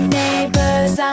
neighbors